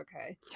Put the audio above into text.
Okay